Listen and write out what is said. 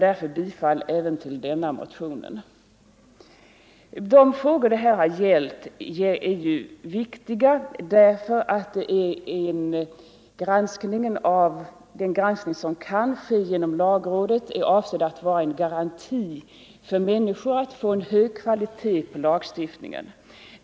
De frågor som det här gäller är viktiga därför att den granskning som kan ske genom lagrådet är avsedd att vara en garanti för människor att få en hög kvalitet på lagstiftningen.